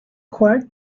croire